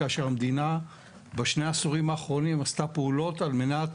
כאשר המדינה בשני העשורים האחרונים עשתה פעולות על מנת